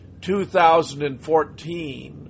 2014